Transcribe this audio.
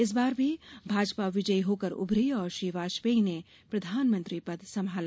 इस बार भी भाजपा विजयी होकर उभरी और श्री वाजपेयी ने प्रधानमंत्री पद संभाला